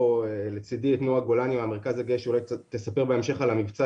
לצדי נמצא נועה גולני מהמרכז הגאה שאולי תספר בהמשך על המבצע